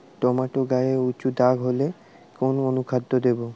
Tomato গায়ে উচু দাগ হলে কোন অনুখাদ্য দেবো?